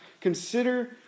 Consider